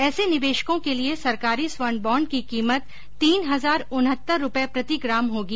ऐसे निवेशकों के लिए सरकारी स्वर्ण बॉण्ड की कीमत तीन हजार उनहत्तर रुपए प्रति ग्राम होगी